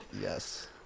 yes